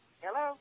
Hello